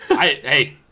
Hey